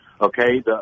Okay